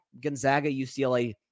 Gonzaga-UCLA